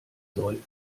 soll